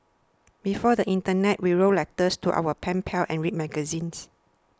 before the internet we wrote letters to our pen pals and read magazines